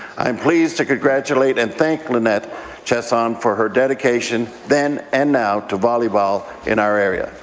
i'm pleased to congratulate and thank lynnette chiasson for her dedication then and now to volleyball in our area.